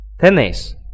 tennis